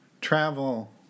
Travel